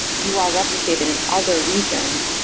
you are replicated in other regions.